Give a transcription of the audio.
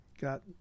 got